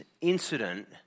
incident